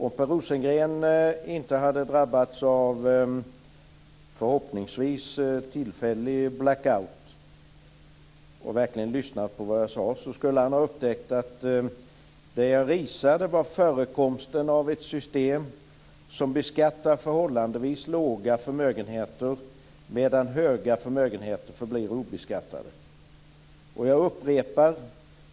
Om Per Rosengren inte hade drabbats av - förhoppningsvis - tillfällig blackout och verkligen lyssnat på vad jag sade skulle han ha upptäckt att det jag risade var förekomsten av ett system som beskattar förhållandevis små förmögenheter medan stora förmögenheter förblir obeskattade.